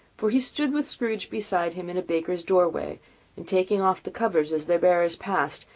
for he stood with scrooge beside him in a baker's doorway, and taking off the covers as their bearers passed,